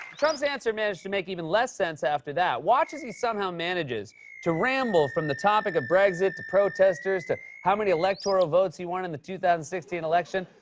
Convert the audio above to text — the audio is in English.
trump's answer managed to make even less sense after that. watch as he somehow manages to ramble from the topic of brexit to protesters to how many electoral votes he won in the two thousand and sixteen election,